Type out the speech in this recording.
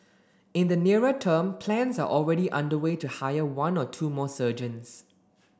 in the nearer term plans are already underway to hire one or two more surgeons